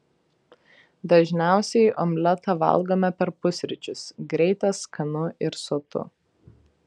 dažniausiai omletą valgome per pusryčius greita skanu ir sotu